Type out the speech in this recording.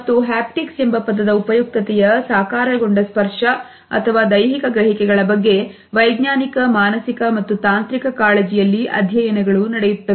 ಮತ್ತು ಹ್ಯಾಪ್ಟಿಕ್ಸ್ ಎಂಬ ಪದದ ಉಪಯುಕ್ತತೆಯ ಸಾಕಾರಗೊಂಡ ಸ್ಪರ್ಶ ಅಥವಾ ದೈಹಿಕ ಗ್ರಹಿಕೆಗಳ ಬಗ್ಗೆ ವೈಜ್ಞಾನಿಕ ಮಾನಸಿಕ ಮತ್ತು ತಾಂತ್ರಿಕ ಕಾಳಜಿಯಲ್ಲಿ ಅಧ್ಯಯನಗಳು ನಡೆಯುತ್ತವೆ